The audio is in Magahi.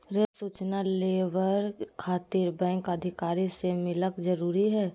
रेल सूचना लेबर खातिर बैंक अधिकारी से मिलक जरूरी है?